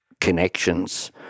connections